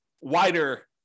wider